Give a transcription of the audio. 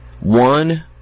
one